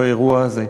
באירוע הזה.